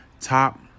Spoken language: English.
top